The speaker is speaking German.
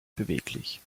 beweglich